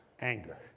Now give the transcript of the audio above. Anger